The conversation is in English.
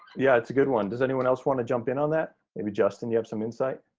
yeah, it's a good one. does anyone else wanna jump in on that? maybe, justin, you have some insight?